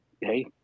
Hey